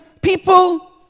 people